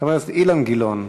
חבר הכנסת אילן גילאון,